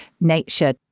nature